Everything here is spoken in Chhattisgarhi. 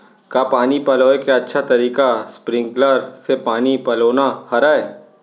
का पानी पलोय के अच्छा तरीका स्प्रिंगकलर से पानी पलोना हरय?